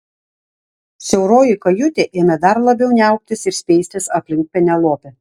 siauroji kajutė ėmė dar labiau niauktis ir speistis aplink penelopę